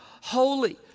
holy